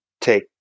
take